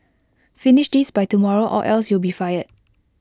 finish this by tomorrow or else you'll be fired